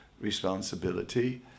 responsibility